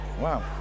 Wow